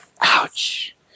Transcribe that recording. Ouch